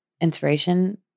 inspiration